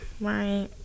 Right